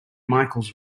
michaels